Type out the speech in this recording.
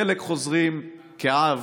חלק חוזרים כעב,